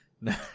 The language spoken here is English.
no